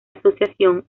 asociación